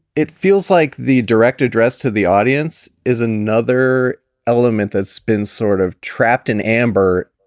it feels like the direct address to the audience is another element that's been sort of trapped in amber.